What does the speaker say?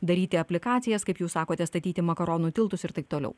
daryti aplikacijas kaip jūs sakote statyti makaronų tiltus ir taip toliau